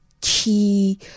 key